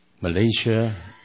Malaysia